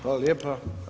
Hvala lijepa.